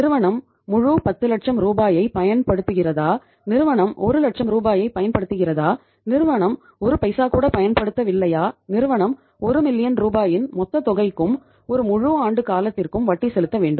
நிறுவனம் முழு 10 லட்சம் ரூபாயைப் பயன்படுத்துகிறதா நிறுவனம் 1 லட்சம் ரூபாயைப் பயன்படுத்துகிறதா நிறுவனம் ஒரு பைசா கூட பயன்படுத்தவில்லையா நிறுவனம் 1 மில்லியன் ரூபாயின் மொத்தத் தொகைக்கும் ஒரு முழு ஆண்டு காலத்திற்கும் வட்டி செலுத்த வேண்டும்